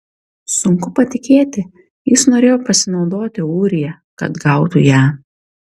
sunku patikėti jis norėjo pasinaudoti ūrija kad gautų ją